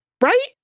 Right